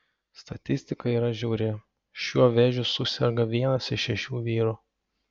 statistika yra žiauri šiuo vėžiu suserga vienas iš šešių vyrų